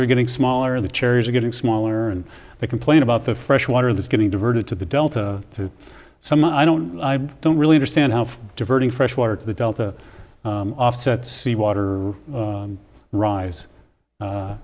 are getting smaller the cherries are getting smaller and they complain about the fresh water that's getting diverted to the delta to some i don't i don't really understand how diverting fresh water to the delta offsets the water rise